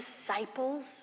disciples